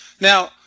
Now